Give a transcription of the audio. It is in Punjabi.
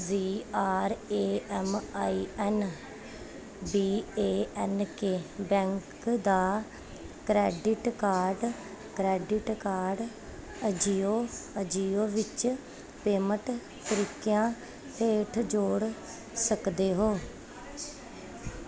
ਜੀ R A M I N B A N K bank ਦਾ credit card credit card Ajio ਵਿੱਚ ਪੇਮੈਂਟ ਤਰੀਕਿਆਂ ਹੇਠ ਜੋੜ ਸਕਦੇ ਹੋ